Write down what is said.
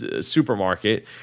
supermarket